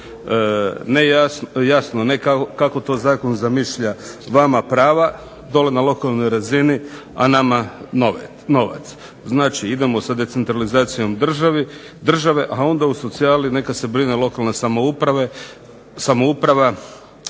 Ne jasno, ne kako to zakon zamišlja vama prava dole na lokalnoj razini, a nama novac. Znači, idemo sa decentralizacijom države, a onda o socijali neka se brine lokalna samouprava, ali za